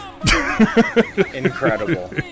Incredible